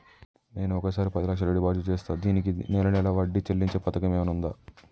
నేను ఒకేసారి పది లక్షలు డిపాజిట్ చేస్తా దీనికి నెల నెల వడ్డీ చెల్లించే పథకం ఏమైనుందా?